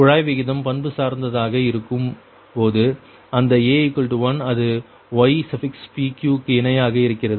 குழாய் விகிதம் பண்பு சார்ந்ததாக இருக்கும்போது அந்த a1 அது ypq க்கு இணையாக இருக்கிறது